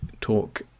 talk